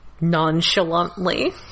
nonchalantly